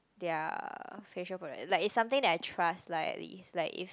ya facial product like is something like I trust like if like if